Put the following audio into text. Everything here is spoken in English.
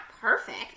perfect